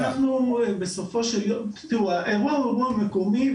אנחנו אומרים, תראו, האירוע הוא אירוע מקומי.